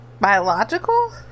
Biological